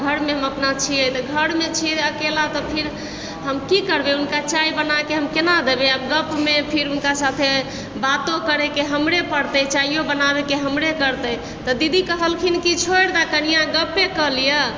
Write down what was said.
घरमे हम अपना छियै तऽ घरमे छियै अकेला तऽ फिर हम की करबय हुनका चाय बनाके हम केना देबय आओर गपमे फिर हुनका साथे बातो करयके हमरे पड़तय चायो बनाबयके हमरे करतइ तऽ दीदी कहलखिन कि छोड़ि दऽ कनिआ गप्पे कऽ लिअ